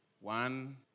one